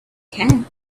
can